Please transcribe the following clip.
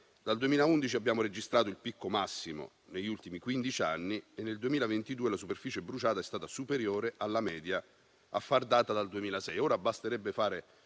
Dal 2011 abbiamo registrato il picco massimo degli ultimi quindici anni e nel 2022 la superficie bruciata è stata superiore alla media, a far data dal 2006.